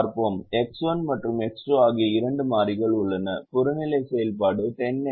எனவே X1 மற்றும் X2 ஆகிய இரண்டு மாறிகள் உள்ளன புறநிலை செயல்பாடு 10 X1 9 X2 என எழுதப்பட்டுள்ளது